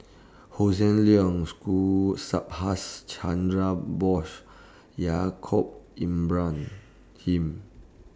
Hossan Leong Subhas Chandra Bose Yaacob Ibrahim